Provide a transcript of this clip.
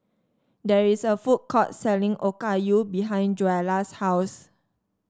there is a food court selling Okayu behind Joella's house